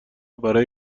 برای